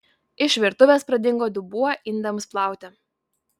iš virtuvės pradingo dubuo indams plauti